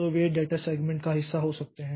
तो वे data segment का हिस्सा हो सकते हैं